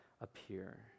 appear